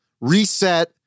reset